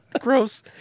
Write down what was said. Gross